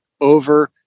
over